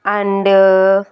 and